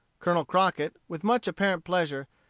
colonel crockett, with much apparent pleasure,